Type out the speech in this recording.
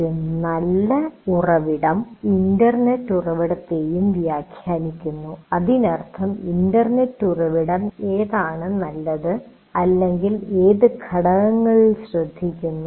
ഒരു നല്ല ഉറവിടം ഇന്റർനെറ്റ് ഉറവിടത്തെയും വ്യാഖ്യാനിക്കുന്നു അതിനർത്ഥം ഇന്റർനെറ്റ് ഉറവിടം ഏതാണ് നല്ലത് അല്ലെങ്കിൽ ഏത് ഘടകങ്ങളിൽ ശ്രദ്ധ കേന്ദ്രീകരിക്കുന്നു